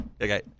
okay